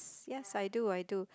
yes I do I do